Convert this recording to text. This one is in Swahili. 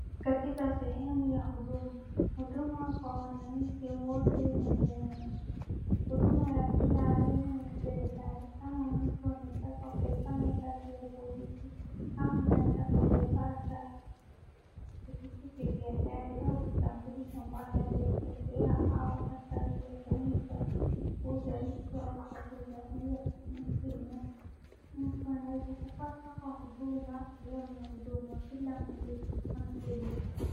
Katika sehemu ya huduma. Huduma kwa wananchi wote inapeanwa. Huduma ya kila aina ya serikali. Kama mtu anataka kufanya kazi ya polisi au anataka kupata pikipiki ya jadi au kitambulisho mbaya kilichopotea au karatasi za kuonyesha uzalisho kwa kuzaliwa nchi Kenya. Mtu anaweza kupata kwa huduma, sehemu ya huduma bila malipo. Wanasaidia.